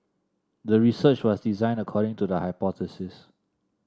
the research was designed according to the hypothesis